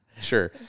sure